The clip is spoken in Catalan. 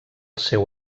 seu